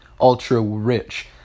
ultra-rich